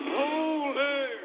holy